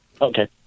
Okay